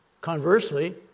conversely